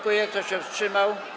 Kto się wstrzymał?